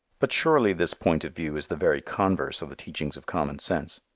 but surely this point of view is the very converse of the teachings of common sense.